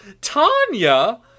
Tanya